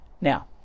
Now